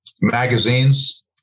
magazines